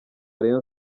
rayon